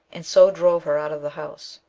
and so drove her out of the house.